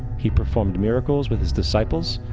he performed miracles with his disciples,